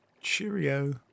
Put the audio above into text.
Cheerio